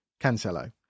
Cancelo